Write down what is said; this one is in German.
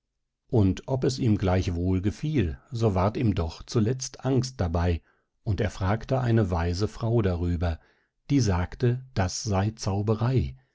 und ob es ihm gleich wohl gefiel so ward ihm doch zuletzt angst dabei und er fragte eine weise frau darüber die sagte das sey zauberei